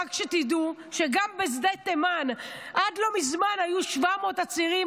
רק שתדעו שגם בשדה תימן עד לא זמן היו 700 עצירים,